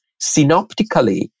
synoptically